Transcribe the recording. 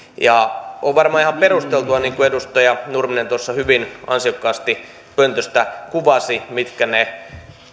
on varmaan ihan perustelua niin kuin edustaja nurminen tuossa hyvin ansiokkaasti pöntöstä kuvasi mitkä ne